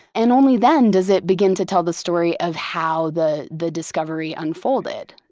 and only then does it begin to tell the story of how the the discovery unfolded.